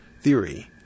theory